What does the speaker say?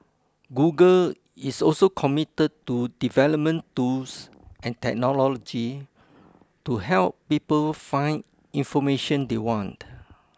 Google is also committed to development tools and technology to help people find information they want